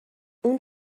اون